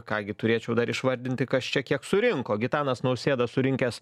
ką gi turėčiau dar išvardinti kas čia kiek surinko gitanas nausėda surinkęs